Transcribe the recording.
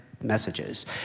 messages